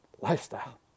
Lifestyle